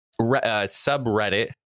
subreddit